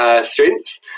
strengths